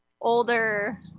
older